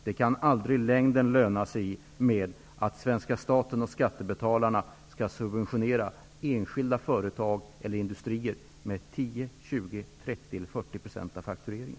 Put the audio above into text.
Det kan aldrig i längden löna sig att svenska staten och skattebetalarna skall subventionera enskilda företag eller industrier med 10, 20, 30 eller 40 % av faktureringen.